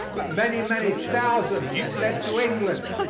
but many, many thousands fled to england,